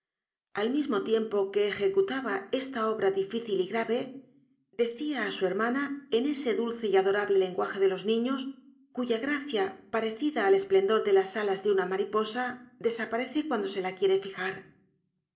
al mismo tiempo que ejecutaba esta obra difícil y grave decia á su hermana en ese dulce y adorable lenguaje de los niños cuya gracia parecida al esplendor de las alas de una mariposa desaparece cuando se la quiere fijar